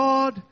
God